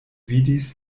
vidis